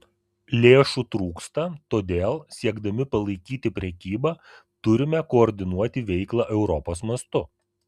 lėšų trūksta todėl siekdami palaikyti prekybą turime koordinuoti veiklą europos mastu